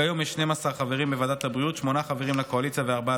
כיום יש 12 חברים בוועדת הבריאות: שמונה חברים לקואליציה וארבעה,